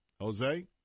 Jose